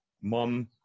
mom